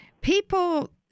people